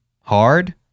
hard